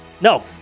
No